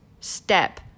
Step